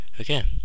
okay